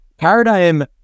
paradigm